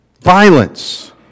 violence